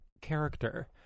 character